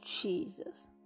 Jesus